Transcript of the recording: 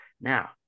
Now